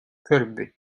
көрбүт